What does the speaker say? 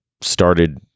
started